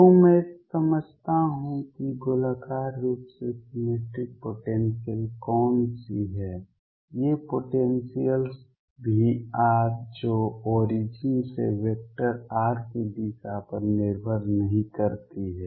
तो मैं समझाता हूं कि गोलाकार रूप से सिमेट्रिक पोटेंसियल्स कौन सी हैं ये पोटेंसियल्स V हैं जो ओरिजिन से वेक्टर r की दिशा पर निर्भर नहीं करती हैं